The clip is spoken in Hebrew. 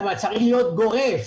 אבל צריך להיות גורף.